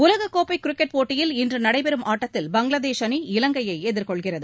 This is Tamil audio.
உலக்கோப்பை கிரிக்கெட் போட்டியில் இன்று நடைபெறும் ஆட்டத்தில் பங்களாதேஷ் அணி இலங்கையை எதிர்கொள்கிறது